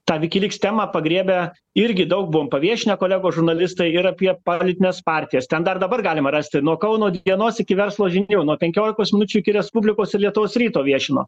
tą wikileaks temą pagriebę irgi daug buvom paviešinę kolegos žurnalistai ir apie politines partijas ten dar dabar galima rasti nuo kauno dienos iki verslo žinių nuo penkiolikos minučių iki respublikos ir lietuvos ryto viešino